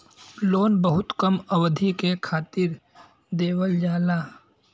loan बहुत कम अवधि के खातिर देवल जाला